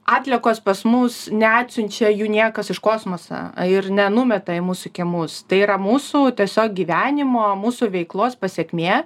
atliekos pas mus neatsiunčia jų niekas iš kosmoso ir nenumeta į mūsų kiemus tai yra mūsų tiesiog gyvenimo mūsų veiklos pasekmė